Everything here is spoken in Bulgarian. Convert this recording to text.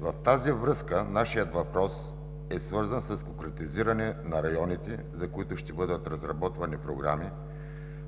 В тази връзка нашият въпрос е свързан с конкретизиране на районите, за които ще бъдат разработвани програми,